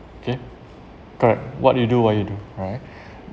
okay correct what you do what you do alright